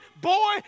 boy